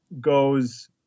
goes